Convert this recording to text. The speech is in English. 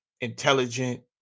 intelligent